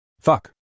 Fuck